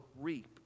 reap